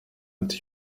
ati